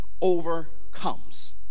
overcomes